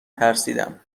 ترسیدم